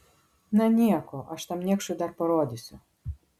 na nieko aš tam niekšui dar parodysiu